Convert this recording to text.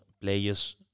players